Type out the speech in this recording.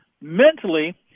Mentally